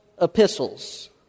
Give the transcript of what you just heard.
epistles